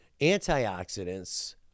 Antioxidants